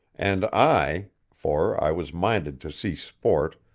and i for i was minded to see sport,